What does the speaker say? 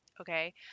Okay